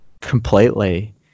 completely